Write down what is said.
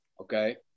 okay